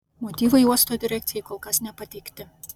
motyvai uosto direkcijai kol kas nepateikti